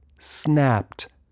snapped